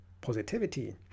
positivity